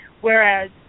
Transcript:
whereas